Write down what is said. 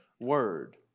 word